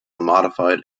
modified